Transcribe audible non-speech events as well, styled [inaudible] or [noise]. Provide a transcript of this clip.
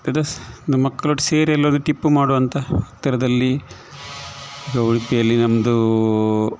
[unintelligible] ನಮ್ಮ ಮಕ್ಳು ಒಟ್ಟು ಸೇರಿ ಎಲ್ಲಾದರೂ ಟಿಪ್ಪು ಮಾಡುವ ಅಂತ ಹತ್ತಿರದಲ್ಲಿ ಇದು ಉಡುಪಿಯಲ್ಲಿ ನಮ್ಮದು